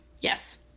Yes